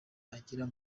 agirira